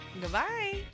Goodbye